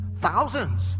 thousands